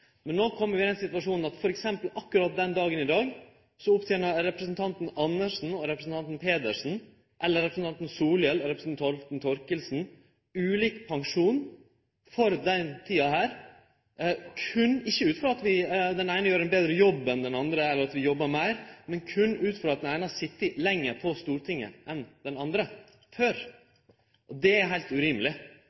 Men no kjem vi i den situasjonen at f.eks. akkurat den dagen i dag opptener representanten Andersen og representanten Pedersen, eller representanten Solhjell og representanten Thorkildsen, ulik pensjon for denne tida, ikkje ut frå at den eine gjer ein betre jobb enn den andre, eller at vi jobbar meir, men berre ut frå at den eine har sete lenger på Stortinget enn den andre – før. Og det er heilt urimeleg.